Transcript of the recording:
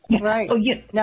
Right